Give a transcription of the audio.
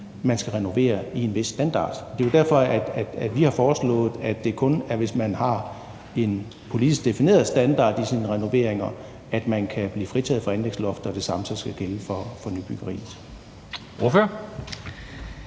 man skal renovere i en vis standard. Det er jo derfor, at vi har foreslået, at det kun er, hvis man har en politisk defineret standard i sine renoveringer, at man kan blive fritaget for anlægsloftet – og det samme skal gælde for nybyggeri.